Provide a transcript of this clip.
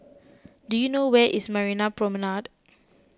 do you know where is Marina Promenade